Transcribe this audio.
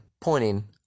Pointing